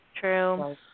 true